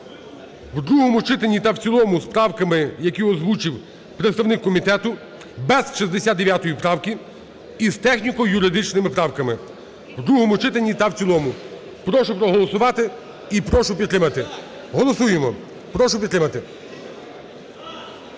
у другому читанні та в цілому з правками, які озвучив представник комітету, без 69 правки, із техніко-юридичними правками, у другому читанні та в цілому. Прошу проголосувати і прошу підтримати. Голосуємо, прошу підтримати.